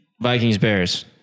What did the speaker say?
Vikings-Bears